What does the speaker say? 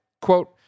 Quote